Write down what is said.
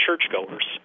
churchgoers